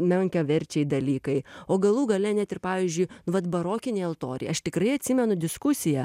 menkaverčiai dalykai o galų gale net ir pavyzdžiui vat barokiniai altoriai aš tikrai atsimenu diskusiją